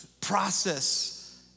process